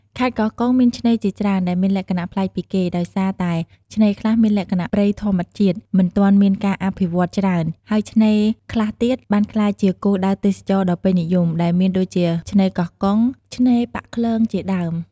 ខេត្តកោះកុងមានឆ្នេរជាច្រើនដែលមានលក្ខណៈប្លែកពីគេ ដោយសារតែឆ្នេរខ្លះមានលក្ខណៈព្រៃធម្មជាតិមិនទាន់មានការអភិវឌ្ឍន៍ច្រើន ហើយឆ្នេរខ្លះទៀតបានក្លាយជាគោលដៅទេសចរណ៍ដ៏ពេញនិយម ដែលមានដូចជា ឆ្នេរកោះកុង ឆ្នេរប៉ាក់ខ្លងជាដើម។